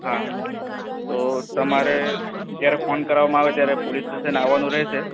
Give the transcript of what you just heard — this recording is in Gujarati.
હા તો તમારે જયારે ફોન કરવામાં આવે ત્યારે પોલીસ સ્ટેશન આવાનું રહેશે